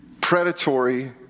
predatory